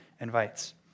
invites